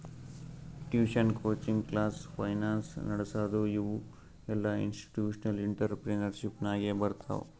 tuition, coaching class, finance ನಡಸದು ಇವು ಎಲ್ಲಾಇನ್ಸ್ಟಿಟ್ಯೂಷನಲ್ ಇಂಟ್ರಪ್ರಿನರ್ಶಿಪ್ ನಾಗೆ ಬರ್ತಾವ್